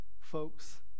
Folks